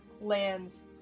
lands